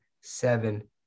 seven